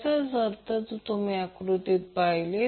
याचाच अर्थ जर तुम्ही आकृतीत पहिले